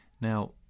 Now